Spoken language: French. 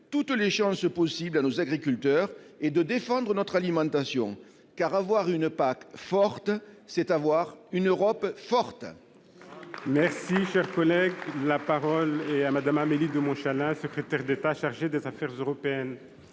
toutes les chances possibles à nos agriculteurs et de défendre notre alimentation ? Car avoir une PAC forte, c'est avoir une Europe forte.